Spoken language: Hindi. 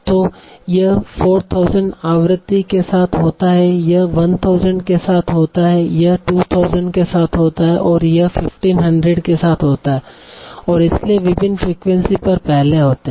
तो यह 4000 आवृत्ति के साथ होता है यह 1000 के साथ होता है यह 2000 के साथ होता है और यह 1500 के साथ होता है और इसलिए विभिन्न फ्रीक्वेंसी पर पहले होते हैं